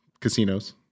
casinos